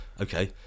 okay